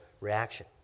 reaction